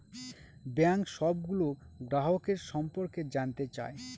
bank সবগুলো গ্রাহকের সম্পর্কে জানতে চায়